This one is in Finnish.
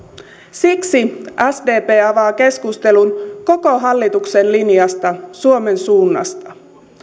siksi sdp avaa keskustelun koko hallituksen linjasta suomen suunnasta